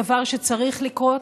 דבר שצריך לקרות,